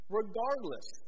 regardless